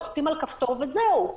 לוחצים על הכפתור וזהו.